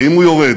האם הוא יורד?